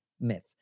myth